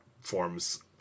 forms